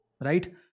right